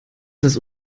das